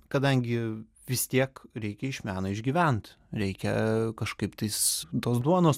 kadangi vis tiek reikia iš meno išgyvent reikia kažkaip tais tos duonos